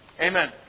Amen